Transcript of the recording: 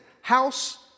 House